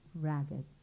ragged